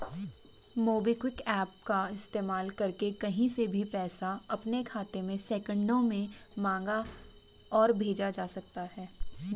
MobiKwik app का इस्तेमाल करके कहीं से भी पैसा अपने खाते में सेकंडों में मंगा और भेज सकते हैं